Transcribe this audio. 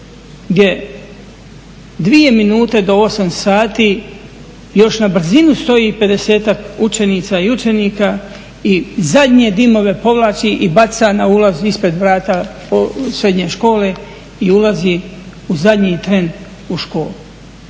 gdje dvije minute do 8 sati još na brzinu stoji 50-tak učenica i učenika i zadnje dimove povlači i baca na ulaz ispred vrata srednje škole i ulazi u zadnji tren u školu